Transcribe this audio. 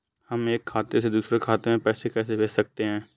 हम एक खाते से दूसरे खाते में पैसे कैसे भेज सकते हैं?